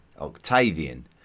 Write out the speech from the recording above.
Octavian